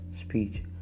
speech